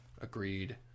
Agreed